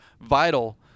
vital